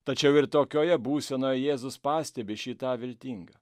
tačiau ir tokioje būsenoj jėzus pastebi šį tą viltinga